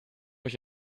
euch